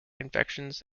infections